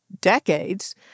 decades—